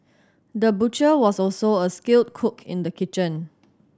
the butcher was also a skilled cook in the kitchen